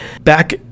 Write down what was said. back